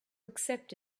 accept